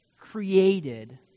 created